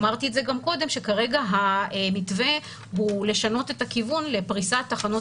אמרתי גם קודם שכרגע המתווה הוא לשנות את הכוון לפריסת תחנות